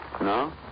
No